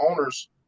owners